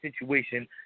situation